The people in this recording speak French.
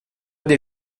des